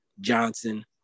Johnson